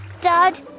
Dad